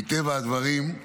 מטבע הדברים,